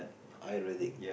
ironic